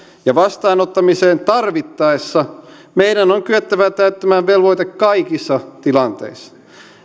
ja vastaanottamiseen tarvittaessa meidän on kyettävä täyttämään velvoite kaikissa tilanteissa